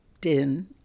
Din